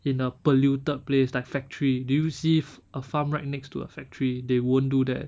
in a polluted place like factory do you see a farm right next to a factory they won't do that